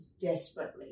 desperately